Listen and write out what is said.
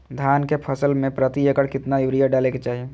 धान के फसल में प्रति एकड़ कितना यूरिया डाले के चाहि?